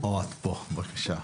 בבקשה.